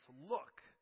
Look